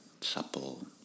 supple